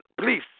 please